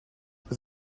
vous